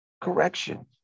correction